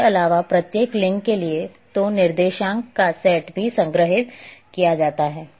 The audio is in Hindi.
इसके अलावा प्रत्येक लिंक के लिए तो निर्देशांक का सेट भी संग्रहीत किया जाता है